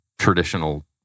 traditional